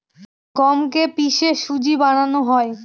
গমকে কে পিষে সুজি বানানো হয়